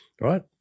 right